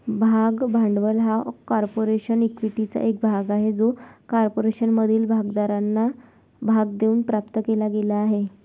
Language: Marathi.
भाग भांडवल हा कॉर्पोरेशन इक्विटीचा एक भाग आहे जो कॉर्पोरेशनमधील भागधारकांना भाग देऊन प्राप्त केला गेला आहे